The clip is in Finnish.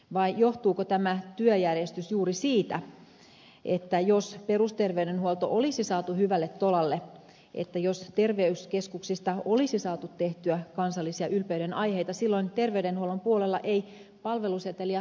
vai johtuuko tämä työjärjestys juuri siitä että jos perusterveydenhuolto olisi saatu hyvälle tolalle jos terveyskeskuksista olisi saatu tehtyä kansallisia ylpeydenaiheita silloin terveydenhuollon puolella ei palveluseteliä tarvittaisi lainkaan